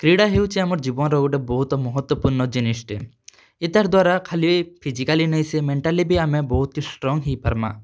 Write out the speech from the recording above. କ୍ରୀଡ଼ା ହେଉଛି ଆମର୍ ଜୀବନ୍ ର ଗୁଟେ ବହୁତ୍ ମହତ୍ତ୍ୱପୂର୍ଣ୍ଣ ଜିନିଷ୍ ଟେ ଇତାର୍ ଦ୍ଵାରା ଖାଲି ଫିଜିକାଲି ନାଇଁ ସେ ମେଣ୍ଟାଲି ବି ଆମେ ବହୁତ୍ ଷ୍ଟ୍ରଙ୍ଗ୍ ହେଇ ପାର୍ମା